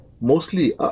mostly